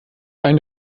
ein